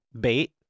bait